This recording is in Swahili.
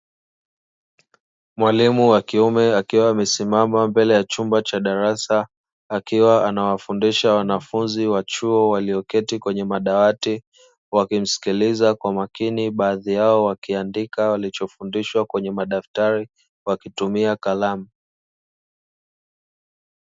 Mwalimu wakiume akiwa amesimama mbele ya chumba cha darasa akiwa anawafundisha wanafunzi wa chuo walioketi kwenye madawati wakimsikiliza kwa makini baadhi yao wakiandika walichofundishwa kwenye madaftari wakitumia kalamu.